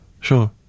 Sure